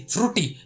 Fruity